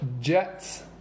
Jets